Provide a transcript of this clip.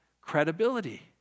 credibility